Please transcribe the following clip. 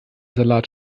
salat